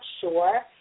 sure